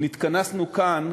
נתכנסנו כאן